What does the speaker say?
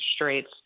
rates